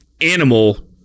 animal